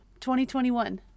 2021